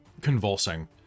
convulsing